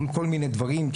מול כל מיני דברים.